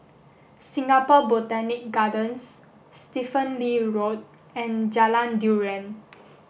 Singapore Botanic Gardens Stephen Lee Road and Jalan durian